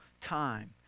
time